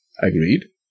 Agreed